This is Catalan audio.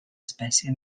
espècie